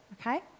okay